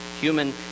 human